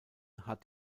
hat